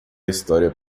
história